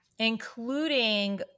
Including